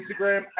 Instagram